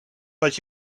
but